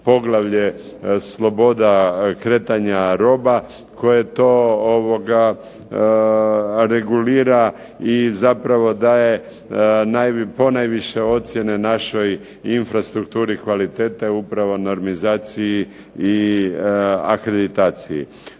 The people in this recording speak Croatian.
poglavlje – Sloboda kretanja roba koje to regulira i zapravo daje ponajviše ocjene našoj infrastrukturi kvalitete upravo normizaciji i akreditaciji.